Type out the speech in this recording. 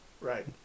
Right